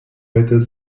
waited